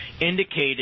indicated